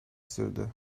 sürdü